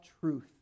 truth